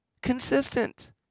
consistent